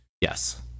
Yes